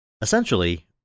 Essentially